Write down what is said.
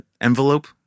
envelope